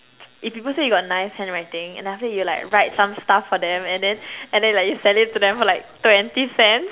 if people say you got nice handwriting and after you'll like write some stuff for them and then and then like you sell it to them for like twenty cents